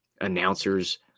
announcers